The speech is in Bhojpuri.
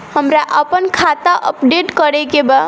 हमरा आपन खाता अपडेट करे के बा